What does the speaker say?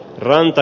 ranta